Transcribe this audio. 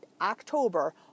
October